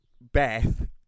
Beth